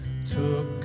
took